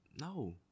No